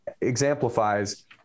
exemplifies